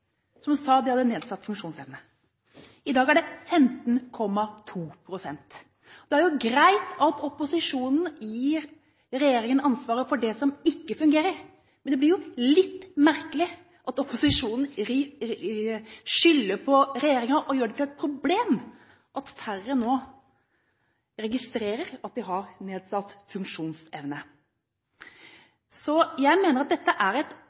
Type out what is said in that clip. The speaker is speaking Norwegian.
som sa at de hadde nedsatt funksjonsevne. I dag er det 15,2 pst. Det er greit at opposisjonen gir regjeringen ansvaret for det som ikke fungerer, men det blir litt merkelig at opposisjonen skylder på regjeringen og gjør det til et problem at færre nå registreres med nedsatt funksjonsevne. Jeg mener at dette er et